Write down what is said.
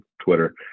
twitter